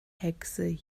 hexe